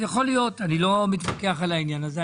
אז יכול להיות, אני לא מתווכח על העניין הזה.